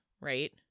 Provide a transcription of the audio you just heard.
right